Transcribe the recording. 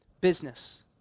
business